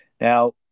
Now